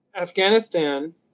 Afghanistan